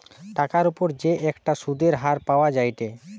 টাকার উপর যে একটা সুধের হার পাওয়া যায়েটে